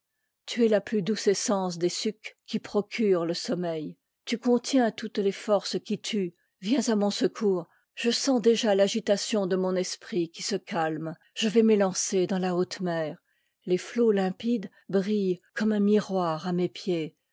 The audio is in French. tu es la plus douce essence des sucs qui procurent le sommeil tu contiens toutes les forces qui tuent viens à mon secours je sens déjà l'agitation de mon esprit qui se calme je vais m'étancer dans la haute mer les flots limpides brillent comme un miroir à mes pieds